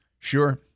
Sure